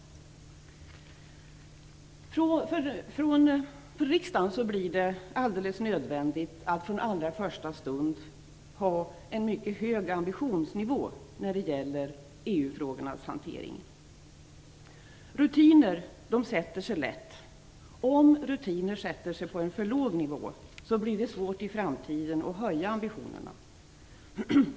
För riksdagen blir det alldeles nödvändigt att från allra första stund ha en mycket hög ambitionsnivå när det gäller EU-frågornas hantering. Rutiner sätter sig lätt. Om rutinerna sätter sig på en för låg nivå blir det svårt att i framtiden höja ambitionerna.